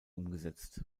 umgesetzt